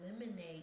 eliminate